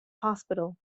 hospital